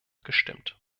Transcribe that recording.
gestimmt